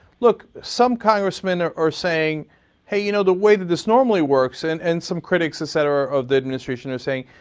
look, some congressmen are are saying hey, you know, the way that this normally works, and and some critics, etc, of the administration are saying,